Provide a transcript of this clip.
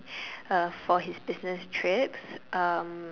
uh for his business trips um